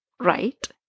right